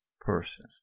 person